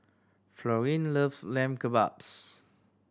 Florine loves Lamb Kebabs